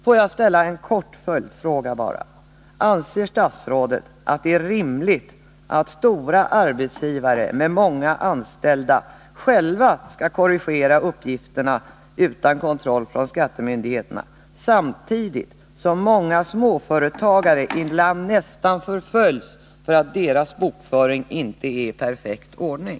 Får jag ställa en följdfråga: Anser statsrådet att det är rimligt att stora arbetsgivare med många anställda själva skall korrigera uppgifterna, utan kontroll från skattemyndigheterna, samtidigt som många småföretagare ibland nästan förföljs för att deras bokföring inte är i perfekt ordning?